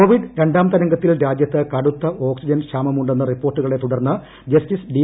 Covid രണ്ടാംതരംഗത്തിൽ രാജ്യത്ത് കടുത്ത ഓക്സിജൻ ക്ഷാമമുണ്ടെന്ന റിപ്പോർട്ടുകളെ തുടർന്ന് ജസ്റ്റീസ് ഡി